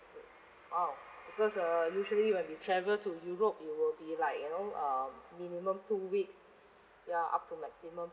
good !wow! because uh usually when we travel to europe it will be like you know uh minimum two weeks ya up to maximum